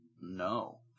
No